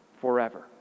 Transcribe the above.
forever